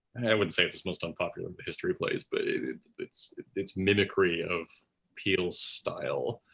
and would say it's his most unpopular of the history plays, but it's it's mimicry of peele's style,